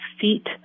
feet